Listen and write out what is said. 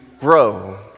grow